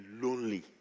lonely